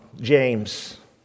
James